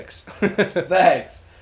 Thanks